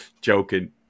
Joking